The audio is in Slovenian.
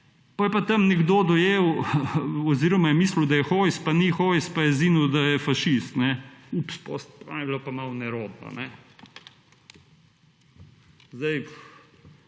potem je pa tam nekdo dojel oziroma je mislil, da je Hojs, pa ni Hojs, pa je zinil, da je fašist. Ups, potem vam je bilo pa malo nerodno. Zdaj,